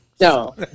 No